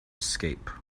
escape